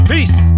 Peace